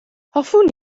hoffwn